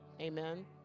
Amen